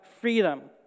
freedom